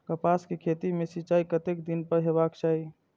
कपास के खेती में सिंचाई कतेक दिन पर हेबाक चाही?